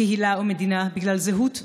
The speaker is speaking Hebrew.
קהילה או מדינה בגלל זהות,